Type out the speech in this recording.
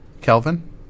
Kelvin